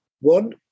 One